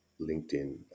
LinkedIn